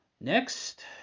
Next